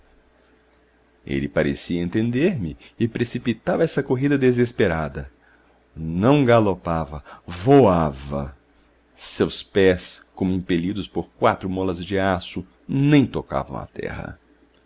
ele parecia entender me e precipitava essa corrida desesperada não galopava voava seus pés como impelidos por quatro molas de aço nem tocavam a terra